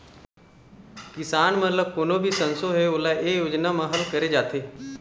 किसान मन ल कोनो भी संसो होए ओला ए योजना म हल करे जाथे